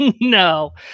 No